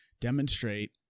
demonstrate